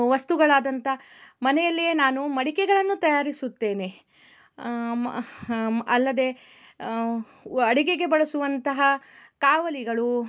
ವಸ್ತುಗಳಾದಂಥ ಮನೆಯಲ್ಲಿಯೇ ನಾನು ಮಡಿಕೆಗಳನ್ನು ತಯಾರಿಸುತ್ತೇನೆ ಮ್ ಅಲ್ಲದೇ ವ್ ಅಡಿಗೆಗೆ ಬಳಸುವಂತಹ ಕಾವಲಿಗಳು